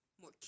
more